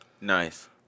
Nice